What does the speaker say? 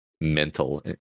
mental